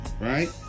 Right